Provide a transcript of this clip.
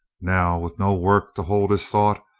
now, with no work to hold his thought,